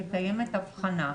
והוא שקיימת הבחנה.